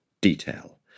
detail